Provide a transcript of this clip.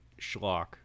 schlock